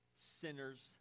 sinners